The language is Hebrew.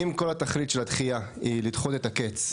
אם כל התכלית של הדחייה היא לדחות את הקץ,